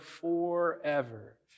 forever